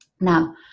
Now